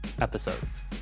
episodes